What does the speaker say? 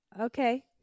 Okay